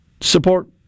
support